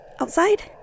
Outside